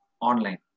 online